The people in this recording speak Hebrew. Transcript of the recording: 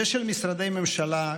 ושל משרדי ממשלה,